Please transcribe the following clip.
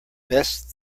best